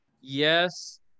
Yes